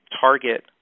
target